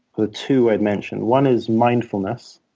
ah two i'd mention. one is mindfulness,